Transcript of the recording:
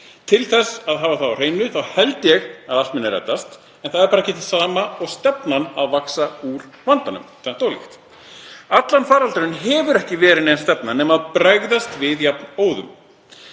Til þess að hafa það á hreinu held ég að allt muni reddast en það er ekki það sama og stefnan að vaxa út úr vandanum, það er tvennt ólíkt. Allan faraldurinn hefur ekki verið nein stefna nema að bregðast við jafnóðum.